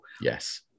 yes